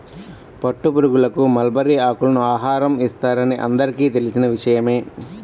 పట్టుపురుగులకు మల్బరీ ఆకులను ఆహారం ఇస్తారని అందరికీ తెలిసిన విషయమే